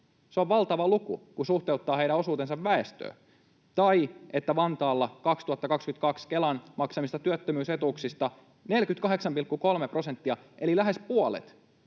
Se on valtava luku, kun sen suhteuttaa heidän osuuteensa väestöstä. Ja kun Vantaalla 2022 Kelan maksamista työttömyysetuuksista 48,3 prosenttia eli lähes puolet